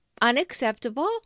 unacceptable